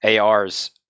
ARs